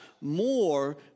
more